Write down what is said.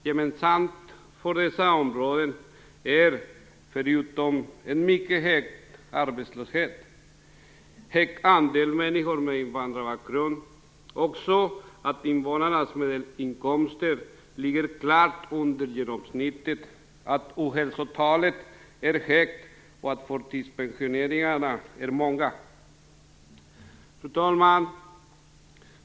Gemensamt för dessa områden är, förutom en mycket hög arbetslöshet och en hög andel människor med invandrarbakgrund, att invånarnas medelinkomster ligger klart under genomsnittet, att ohälsotalet är högt och att förtidspensioneringarna är många. Fru talman!